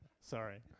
Sorry